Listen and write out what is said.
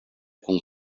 kun